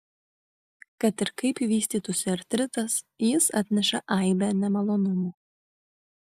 kad ir kaip vystytųsi artritas jis atneša aibę nemalonumų